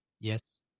Yes